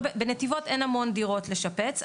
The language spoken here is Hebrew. בנתיבות אין המון דירות לשפץ,